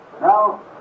Now